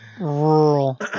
Rural